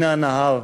הנה הנהר,